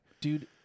Dude